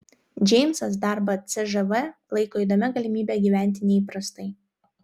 džeimsas darbą cžv laiko įdomia galimybe gyventi neįprastai